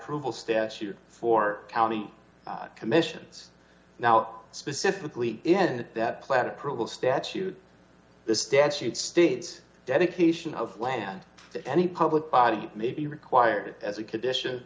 approval statute for county commissions now specifically in that plan approval statute this statute states dedication of land to any public body may be required as a condition